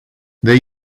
they